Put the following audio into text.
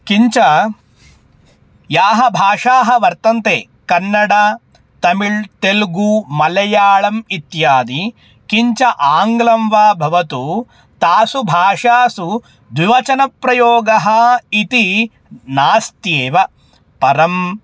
किञ्च याः भाषाः वर्तन्ते कन्नडा तमिल् तेलुगु मलयाळम् इत्यादि किञ्च आङ्ग्लं वा भवतु तासु भाषासु द्विवचनप्रयोगः इति नास्त्येव परम्